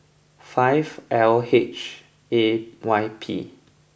five L H A Y P